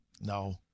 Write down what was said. No